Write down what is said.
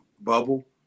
bubble